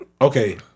okay